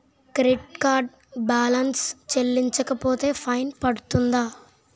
Credit card balance చెల్లించకపోతే fine పడ్తుంద?